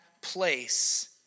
place